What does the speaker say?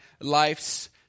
life's